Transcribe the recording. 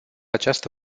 această